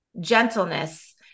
gentleness